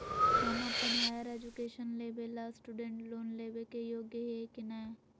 हम अप्पन higher education लेबे ला स्टूडेंट लोन लेबे के योग्य हियै की नय?